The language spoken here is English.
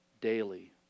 daily